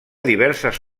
diverses